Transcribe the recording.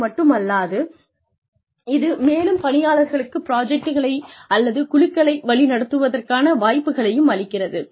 அதுமட்டுமல்லாது இது மேலும் பணியாளருக்கு புராஜெக்ட்களை அல்லது குழுக்களை வழிநடத்துவதற்கான வாய்ப்புகளையும் அளிக்கிறது